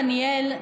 דניאל,